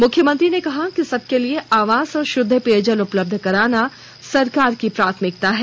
मुख्यमंत्री ने कहा कि सबके लिए आवास और शुद्ध पेयजल उपलब्ध कराना सरकार की प्राथमिकता है